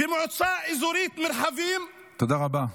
במועצה האזורית מרחבים, תודה רבה,